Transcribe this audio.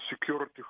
security